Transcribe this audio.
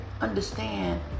understand